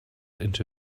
into